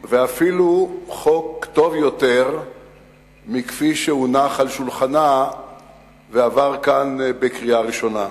ואפילו חוק טוב יותר מכפי שהונח על שולחנה ועבר כאן בקריאה ראשונה.